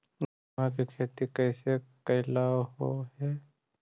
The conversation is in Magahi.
गेहूआ के खेती कैसे कैलहो हे?